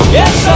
yes